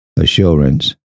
assurance